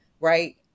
right